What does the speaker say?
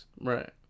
Right